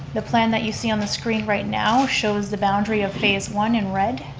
the plan that you see on the screen right now shows the boundary of phase one in red.